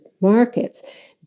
markets